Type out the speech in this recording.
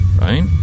right